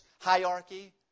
hierarchy